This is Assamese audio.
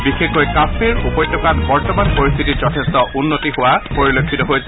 বিশেষকৈ কাম্মীৰ উপত্যকাত বৰ্তমান পৰিস্থিতি যথেষ্ট উন্নতি হোৱা পৰিলক্ষিত হৈছে